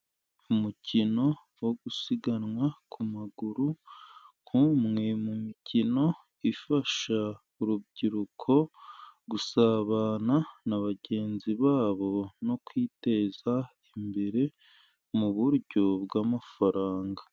Umukino wo gusiganwa ku magare nk'umwe mu mikino ifasha urubyiruko gusabana na bagenzi babo no kwiteza imbere mu buryo bw'amafaranga.